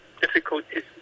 difficulties